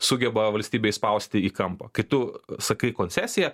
sugeba valstybę įspausti į kampą kai tu sakai koncesija